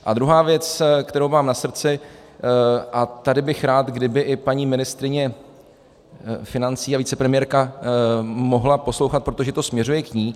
A druhá věc, kterou mám na srdci, a tady bych rád, kdyby i paní ministryně financí a vicepremiérka mohla poslouchat, protože to směřuje k ní.